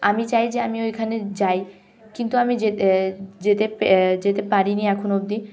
আমি চাই যে আমি ওখানে যাই কিন্তু আমি যেতে যেতে পে যেতে পারিনি এখন অবধি